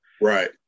right